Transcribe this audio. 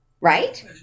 right